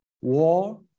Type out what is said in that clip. War